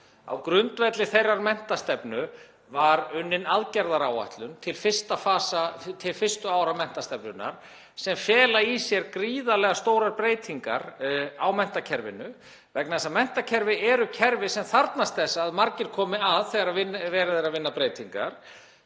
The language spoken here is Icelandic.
Á grundvelli þeirrar menntastefnu var unnin aðgerðaáætlun til fyrstu ára menntastefnunnar sem felur í sér gríðarlega stórar breytingar á menntakerfinu, vegna þess að menntakerfi eru kerfi sem þarfnast þess að margir komi að þegar verið er að vinna breytingar.